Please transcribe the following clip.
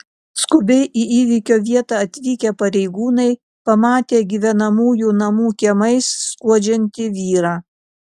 skubiai į įvykio vietą atvykę pareigūnai pamatė gyvenamųjų namų kiemais skuodžiantį vyrą